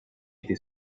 été